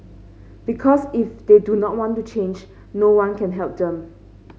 because if they do not want to change no one can help them